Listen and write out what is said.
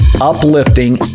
uplifting